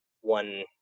one